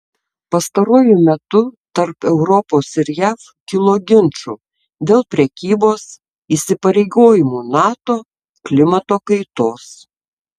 pastaruoju metu tarp europos ir jav kilo ginčų dėl prekybos įsipareigojimų nato klimato kaitos